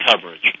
coverage